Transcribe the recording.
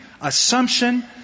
Assumption